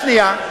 שנייה.